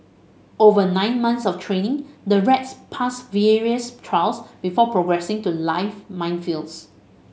over nine months of training the rats pass various trials before progressing to live minefields